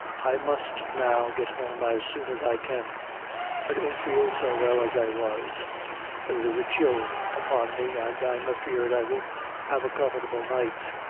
i must now get home as soon as i can i don't feel so well as i was there is a chill upon me, and i'm afeared i won't have a comfortable night.